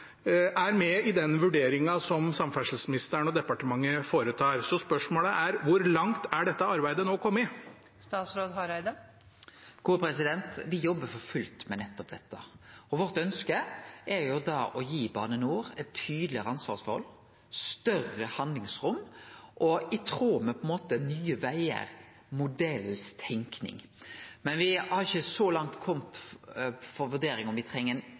med i den vurderingen som samferdselsministeren og departementet foretar? Så spørsmålet er: Hvor langt har dette arbeidet nå kommet? Me jobbar for fullt med dette. Vårt ønske er å gi Bane NOR tydelegare ansvarsforhold, større handlingsrom – i tråd med Nye Vegar-modellen si tenking. Men me har ikkje kome så langt i vurderinga av om me treng